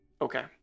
okay